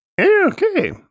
Okay